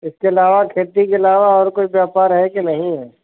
इसके अलावा खेती के अलावा और कोई व्यापार है कि नहीं है